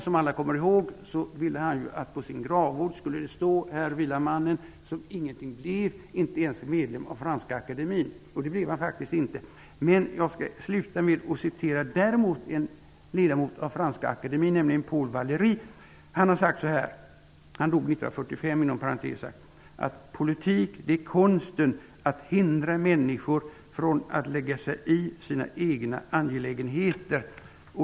Som alla kommer ihåg ville han att det på hans gravvård skulle stå: Här vilar mannen som ingenting blev, inte ens medlem av Franska Akademien. Det blev han faktiskt inte. Jag skall avsluta med att citera en ledamot av Franska Akademien, nämligen Paul Valéry. Han dog för övrigt 1945. Han har sagt att politik är konsten att hindra människor från att lägga sig i sina egna angelägenheter.